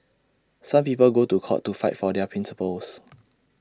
some people go to court to fight for their principles